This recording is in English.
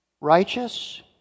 Righteous